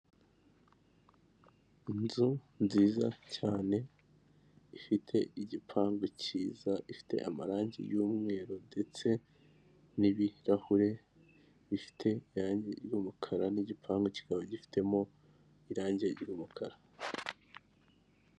Inzu nziza cyane ifite igipangu cyiza ifite amarangi yumweru ndetse n' ibirahure bifite irangi ry' umukara n' igipangu kikaba gifitemo irangi ry' umukara.